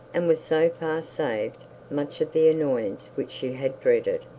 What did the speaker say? and was so far saved much of the annoyance which she had dreaded.